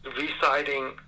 reciting